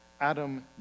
Adam